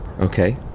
Okay